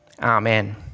Amen